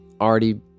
already